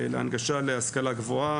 להנגשה להשכלה גבוהה.